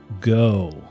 go